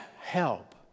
help